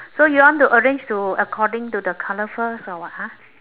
so you want to arrange to according to the colour first or what !huh!